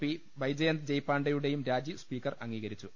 P Baijayant ജയ്പാണ്ഡയു ടെയും രാജി സ്പീക്കർ അംഗീകരിച്ചു